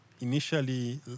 initially